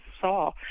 saw